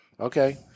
Okay